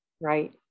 right